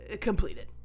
Completed